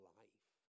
life